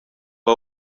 hai